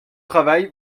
travail